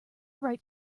write